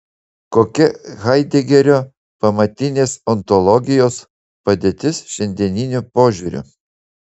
kokia haidegerio pamatinės ontologijos padėtis šiandieniu požiūriu